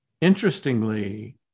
interestingly